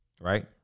Right